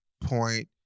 point